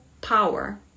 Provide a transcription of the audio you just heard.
power